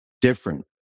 different